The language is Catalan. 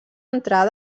entrar